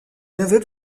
neveu